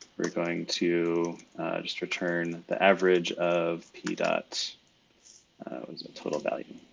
we're going to just return the average of p dot total value.